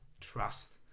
trust